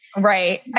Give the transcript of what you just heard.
Right